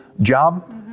job